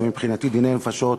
מבחינתי זה דיני נפשות.